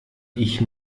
ich